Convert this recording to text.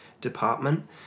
department